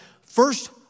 First